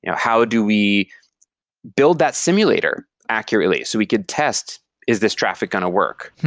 yeah how do we build that simulator accurately so we could test is this traffic going to work,